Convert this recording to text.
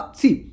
see